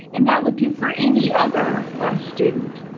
and that would do for any other student.